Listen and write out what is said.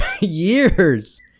years